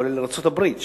כולל ארצות-הברית,